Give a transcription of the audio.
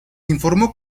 informó